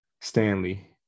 Stanley